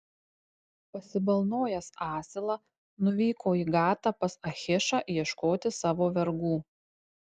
pasibalnojęs asilą nuvyko į gatą pas achišą ieškoti savo vergų